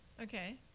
Okay